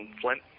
Flint